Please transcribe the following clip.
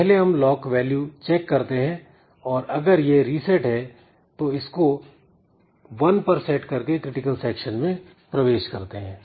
पहले हम lock value check करते हैं और अगर यह रिसेट है तो इसको 1 पर सेट करके क्रिटिकल सेक्शन में प्रवेश करते हैं